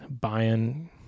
buying